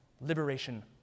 liberation